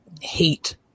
hate